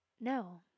No